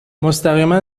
مستقیما